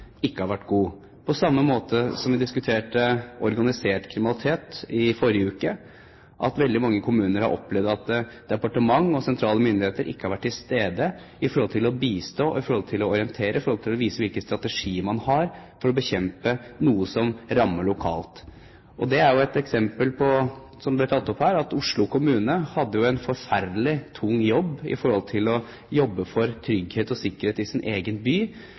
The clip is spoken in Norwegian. ikke har vært god – på samme måte som da vi diskuterte organisert kriminalitet i forrige uke. Veldig mange kommuner har opplevd at departement og sentrale myndigheter ikke har vært til stede for å bistå, for å orientere, for å vise hvilken strategi man har for å bekjempe noe som rammer lokalt. Det var jo et eksempel som ble tatt opp her, at Oslo kommune hadde det forferdelig tungt med å jobbe for trygghet og sikkerhet i sin egen by.